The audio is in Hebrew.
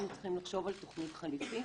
היינו צריכים לחשוב על תכנית חליפית.